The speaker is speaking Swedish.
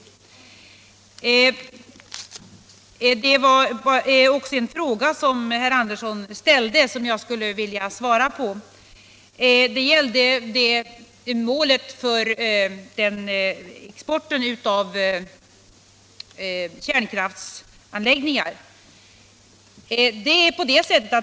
Jag vill också svara på en fråga som herr Sven Andersson i Stockholm ställde och som gällde målet för exporten av kärnkraftsanläggningar.